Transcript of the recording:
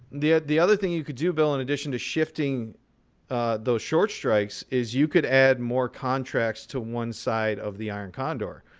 the the other thing you could do, bill, in addition to shifting those short strikes, is you could add more contracts to one side of the iron condor.